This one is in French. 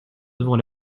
devant